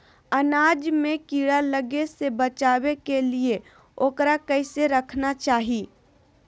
अनाज में कीड़ा लगे से बचावे के लिए, उकरा कैसे रखना चाही?